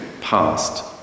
past